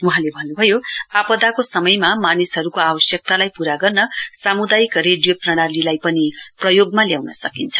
वहाँले भन्नु भयो आपदाको समयमा मानिसहरूको आवश्यकतालाई पूरा गर्न सामुदायिक रडियो प्रणालीलाई पनि प्रयोगमा ल्याउन सकिन्छ